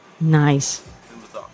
Nice